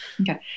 Okay